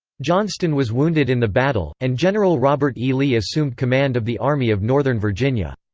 johnston was wounded in the battle, and general robert e. lee assumed command of the army of northern virginia.